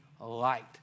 light